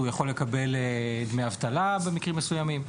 הוא יכול לקבל דמי אבטלה במקרים מסוימים.